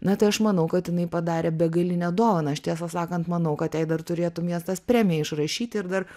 na tai aš manau kad jinai padarė begalinę dovaną aš tiesą sakant manau kad jai dar turėtų miestas premiją išrašyti ir dar